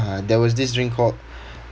uh there was this drink called